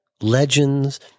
legends